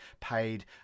paid